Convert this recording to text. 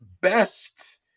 best